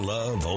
Love